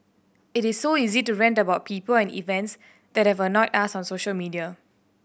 it is so easy to rant about people and events that have annoyed us on social media